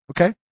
Okay